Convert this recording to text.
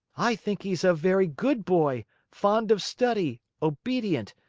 i think he's a very good boy, fond of study, obedient,